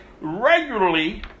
regularly